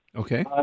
Okay